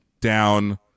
Down